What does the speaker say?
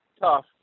Tough